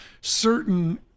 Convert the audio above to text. certain